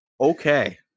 Okay